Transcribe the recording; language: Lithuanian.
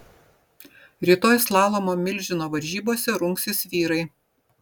rytoj slalomo milžino varžybose rungsis vyrai